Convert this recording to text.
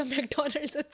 McDonald's